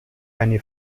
eine